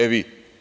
E, vi.